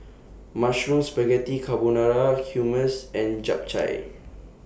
Mushroom Spaghetti Carbonara Hummus and Japchae